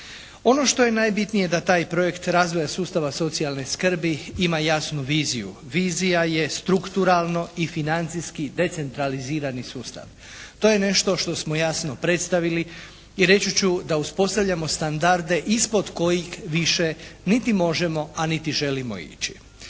Ono što je najbitnije da taj projekt razvoja sustava socijalne skrbi ima jasnu viziju. Vizija je strukturalno i financijski decentralizirani sustav. To je nešto što smo jasno predstavili. I reći ću da uspostavljamo standarde ispod kojih više niti možemo a niti želimo ići.